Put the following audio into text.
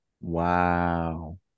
wow